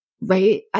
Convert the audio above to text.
right